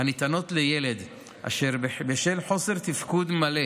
הניתנות לילד אשר בשל חוסר תפקוד מלא